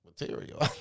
material